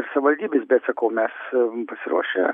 savivaldybės bet sakau mes pasiruošę